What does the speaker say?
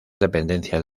dependencias